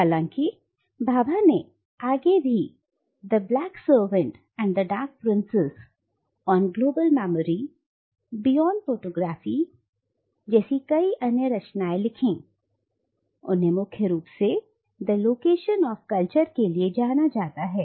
हालांकि भाभा ने आगे भी "the black servant and the dark princess" "on global memory" "beyond photography" " beyond photography" जैसी कई अन्य रचनाएं लिखी उन्हें मुख्य रूप से द लोकेशन ऑफ कल्चर के लिए जाना जाता है